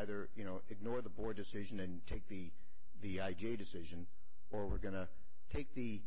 either you know ignore the board decision and take the the i j decision or we're going to take the